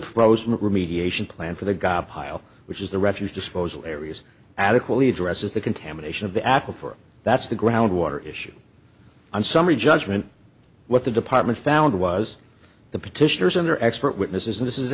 pros remediation plan for the gop pile which is the refuse disposal areas adequately addresses the contamination of the aquifer that's the groundwater issue on summary judgment what the department found was the petitioners under expert witnesses and this is